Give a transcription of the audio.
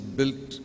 built